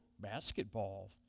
basketball